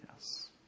Yes